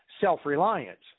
self-reliance